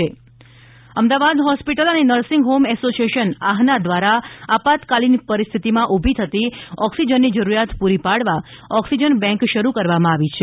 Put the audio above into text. Ahmedabad hospital association Ahmedabad hospital અને nursing home association આફના દ્વારા આપતકાલીન પરિસ્થિતિમાં ઉલ્લી થતી ઓક્સિજનની જરૂરિયાત પૂરી પાડવા ઓક્સિજન બેંક શરૂ કરવામાં આવી છે